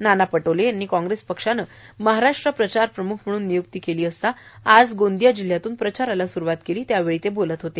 नाना पटोले याची कॉग्रेस पक्षाने महाराष्ट्र प्रचार प्रम्ख म्हणून निय्क्ती केली असता त्यांनी आज गोंदिया जिल्यातून प्रचाराला सुरवात केली असताना ते बोलत होते